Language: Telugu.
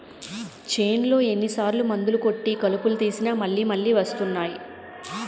చేన్లో ఎన్ని సార్లు మందులు కొట్టి కలుపు తీసినా మళ్ళి మళ్ళి వస్తున్నాయి